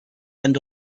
end